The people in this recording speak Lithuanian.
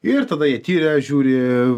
ir tada jie tiria žiūri